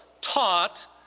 taught